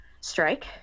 strike